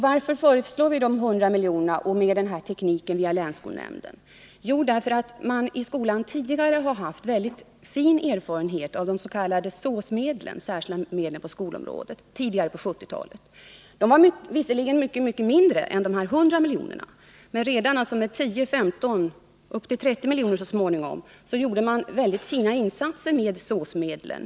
Varför föreslår vi då de 100 miljonerna och den här tekniken via länsskolnämnden? Jo, därför att man i skolan tidigare på 1970-talet har haft väldigt fin erfarenhet av de s.k. SÅS-medlen, medlen för särskilda åtgärder på skolområdet. Det var visserligen mycket mindre pengar än de föreslagna 100 miljonerna, men redan med 10, 15 och så småningom upp till 30 miljoner gjordes fina insatser med SÅS-medlen.